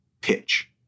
pitch